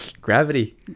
Gravity